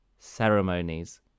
ceremonies